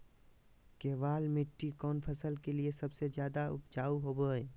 केबाल मिट्टी कौन फसल के लिए सबसे ज्यादा उपजाऊ होबो हय?